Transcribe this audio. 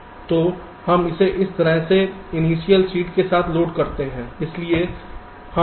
तो हम इसे इस तरह के इनिशियल सीड के साथ लोड करते हैं